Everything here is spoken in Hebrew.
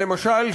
למשל,